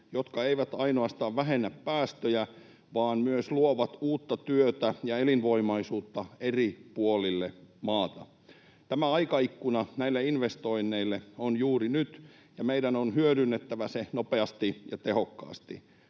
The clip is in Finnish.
jotka eivät ainoastaan vähennä päästöjä, vaan myös luovat uutta työtä ja elinvoimaisuutta eri puolille maata. Aikaikkuna näille investoinneille on juuri nyt ja meidän on hyödynnettävä se nopeasti ja tehokkaasti.